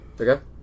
Okay